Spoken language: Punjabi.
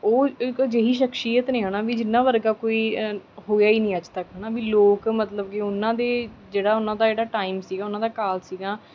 ਉਹ ਇੱਕ ਅਜਿਹੀ ਸ਼ਖਸੀਅਤ ਨੇ ਹੈ ਨਾ ਵੀ ਜਿੰਨ੍ਹਾਂ ਵਰਗਾ ਕੋਈ ਹੋਇਆ ਹੀ ਨਹੀਂ ਅੱਜ ਤੱਕ ਹੈ ਨਾ ਵੀ ਲੋਕ ਮਤਲਬ ਕਿ ਉਨ੍ਹਾਂ ਦੇ ਜਿਹੜਾ ਉਨ੍ਹਾਂ ਦਾ ਜਿਹੜਾ ਟਾਈਮ ਸੀ ਉਨ੍ਹਾਂ ਦਾ ਕਾਲ ਸੀਗਾ